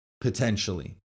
potentially